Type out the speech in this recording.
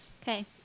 Okay